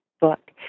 book